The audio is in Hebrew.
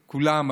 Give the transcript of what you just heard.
כולם,